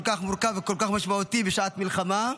כך מורכב וכל כך משמעותי בשעת מלחמה.